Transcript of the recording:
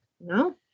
no